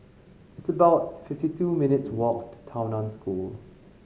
it's about fifty two minutes' walk to Tao Nan School